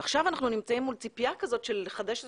ועכשיו אנחנו נמצאים מול ציפייה כזאת לחדש את